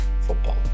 Football